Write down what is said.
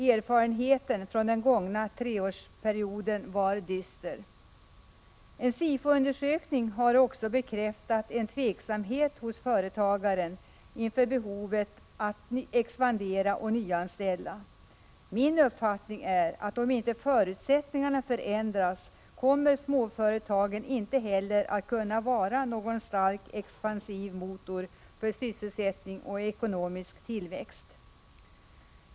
Erfarenheten från den gångna treårsperioden var dyster. En SIFO-undersökning har också bekräftat en tveksamhet hos företagaren inför behovet att expandera och nyanställa. Om inte förutsättningarna förändras, kommer småföretagen enligt min uppfattning inte heller att kunna vara någon stark expansiv motor för sysselsättning och ekonomisk tillväxt.